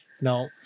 No